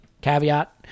Caveat